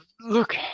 look